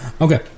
Okay